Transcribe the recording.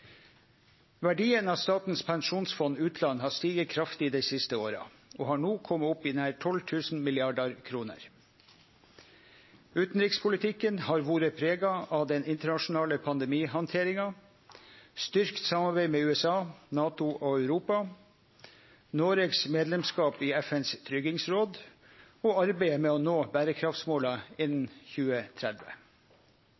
Verdien av Statens pensjonsfond utland har stige kraftig dei siste åra og har no kome opp i nær 12 000 mrd. kr. Utanrikspolitikken har vore prega av den internasjonale pandemihandteringa, styrkt samarbeid med USA, NATO og Europa, Noregs medlemskap i FNs tryggingsråd og arbeidet med å nå berekraftsmåla innan